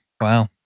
Wow